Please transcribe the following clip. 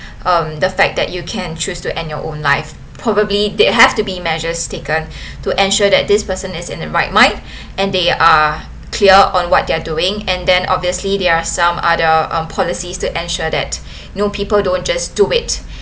um the fact that you can choose to end your own life probably there have to be measures taken to ensure that this person is in the right mind and they are clear on what they're doing and then obviously there are some other on policies to ensure that no people don't just do it